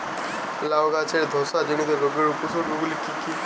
লাউ গাছের ধসা জনিত রোগের উপসর্গ গুলো কি কি?